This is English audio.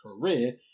career